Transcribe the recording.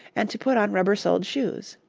and to put on rubber-soled shoes.